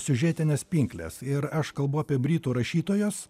siužetines pinkles ir aš kalbu apie britų rašytojos